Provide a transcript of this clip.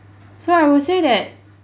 so I would say that